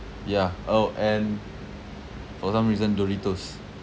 yeah orh and for some reason Doritos